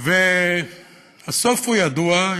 הסוף ידוע.